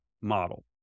model